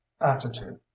attitude